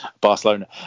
Barcelona